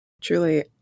Truly